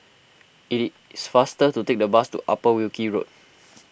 it is faster to take the bus to Upper Wilkie Road